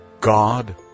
God